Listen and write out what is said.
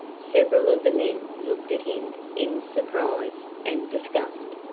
several of the men looked at him in surprise and disgust.